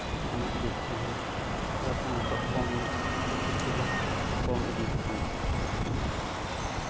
ᱚᱱᱟ ᱤᱫᱤ ᱠᱟᱛᱮ ᱦᱚᱸ ᱥᱟᱠᱨᱟᱛ ᱫᱚ ᱱᱤᱛᱚᱜ ᱧᱚᱜ ᱥᱮ ᱠᱤᱪᱷᱩ ᱜᱟᱱ ᱠᱚᱢ ᱤᱫᱤᱭ ᱟᱠᱟᱱᱟ